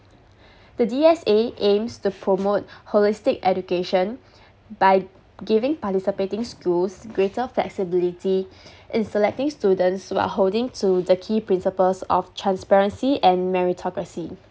the D_S_A aims to promote holistic education by giving participating schools greater flexibility in selecting students while holding to the key principles of transparency and meritocracy